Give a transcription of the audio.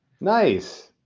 Nice